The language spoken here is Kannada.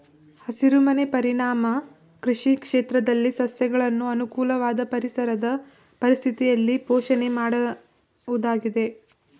ಹಸಿರುಮನೆ ಪರಿಣಾಮ ಕೃಷಿ ಕ್ಷೇತ್ರದಲ್ಲಿ ಸಸ್ಯಗಳನ್ನು ಅನುಕೂಲವಾದ ಪರಿಸರದ ಪರಿಸ್ಥಿತಿಯಲ್ಲಿ ಪೋಷಣೆ ಮಾಡುವುದಾಗಿದೆ